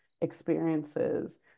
experiences